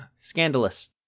Scandalous